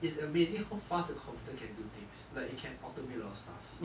it's amazing how fast the computer can do things like you can automate a lot of stuff